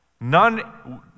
None